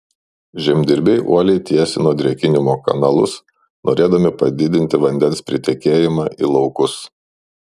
žemdirbiai uoliai tiesino drėkinimo kanalus norėdami padidinti vandens pritekėjimą į laukus